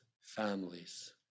families